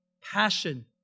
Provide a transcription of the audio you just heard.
passion